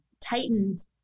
tightened